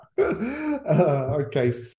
Okay